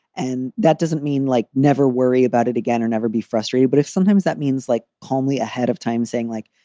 and that doesn't mean, like, never worry about it again or never be frustrated. but if sometimes that means, like, calmly ahead of time saying, like,